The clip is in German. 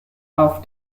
auf